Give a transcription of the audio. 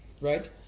right